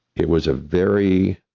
it was a very